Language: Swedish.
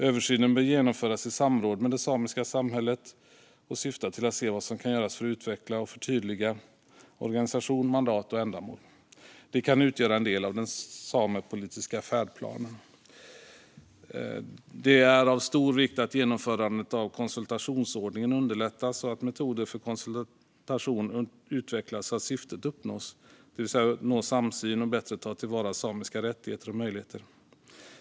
Översynen bör genomföras i samråd med det samiska samhället och syfta till att se vad som kan göras för att utveckla och förtydliga organisationen, mandatet och ändamålet med Sametinget. Detta kan utgöra en del av den samepolitiska färdplanen. Det är av stor vikt att genomförandet av konsultationsordningen underlättas och att metoder för konsultation utvecklas så att syftet uppnås, det vill säga att nå samsyn och bättre ta till vara samiska rättigheter och möjligheter.